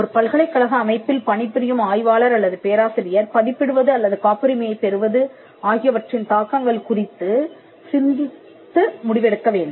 ஒரு பல்கலைக்கழக அமைப்பில் பணிபுரியும் ஆய்வாளர் அல்லது பேராசிரியர் பதிப்பிடுவது அல்லது காப்புரிமை பெறுவது ஆகியவற்றின் தாக்கங்கள் குறித்து சிந்தித்து முடிவெடுக்க வேண்டும்